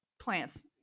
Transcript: plants